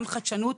גם חדשנות,